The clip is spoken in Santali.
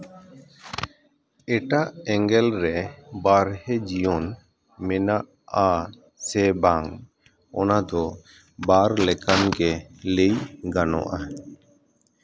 ᱮᱴᱟᱜ ᱮᱸᱜᱮᱞ ᱨᱮ ᱵᱟᱨᱦᱮ ᱡᱤᱭᱚᱱ ᱢᱮᱱᱟᱜᱼᱟ ᱥᱮ ᱵᱟᱝ ᱚᱱᱟ ᱫᱚ ᱵᱟᱨ ᱞᱮᱠᱟᱱ ᱜᱮ ᱞᱟᱹᱭ ᱜᱟᱱᱚᱜᱼᱟ